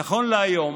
נכון להיום